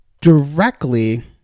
Directly